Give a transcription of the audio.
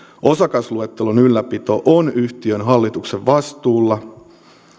osakasluettelon ylläpito on yhtiön hallituksen vastuulla